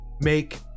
make